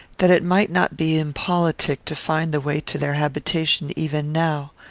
that it might not be impolitic to find the way to their habitation even now.